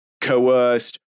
coerced